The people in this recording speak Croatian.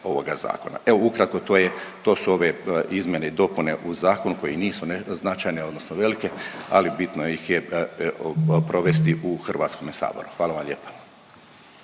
ovoga Zakona. Evo, ukratko, to je, to su ove izmjene i dopune u zakonu koje nisu značajne odnosno velike, ali bitno ih je provesti u HS-u, hvala vam lijepa.